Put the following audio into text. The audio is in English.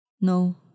No